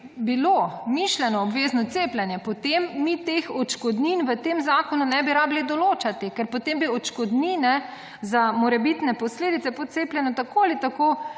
mišljeno obvezno cepljenje potem mi teh odškodnin v tem zakonu ne bi rabili določati, ker potem bi odškodnine za morebitne posledice po cepljenju tako ali tako